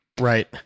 Right